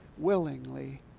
Willingly